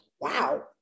wow